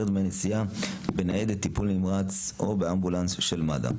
דמי נסיעה בניידת טיפול נמרץ או באמבולנס של מד"א.